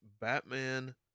Batman